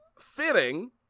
fitting